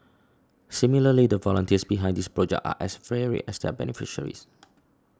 similarly the volunteers behind this project are as varied as their beneficiaries